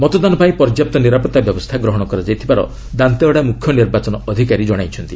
ମତଦାନ ପାଇଁ ପର୍ଯ୍ୟାପ୍ତ ନିରାପତ୍ତା ବ୍ୟବସ୍ଥା ଗ୍ରହଣ କରାଯାଇଥିବାର ଦାନ୍ତେୱାଡା ମୁଖ୍ୟ ନିର୍ବାଚନ ଅଧିକାରୀ ଜଣାଇଛନ୍ତି